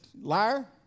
Liar